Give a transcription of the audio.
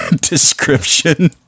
description